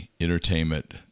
entertainment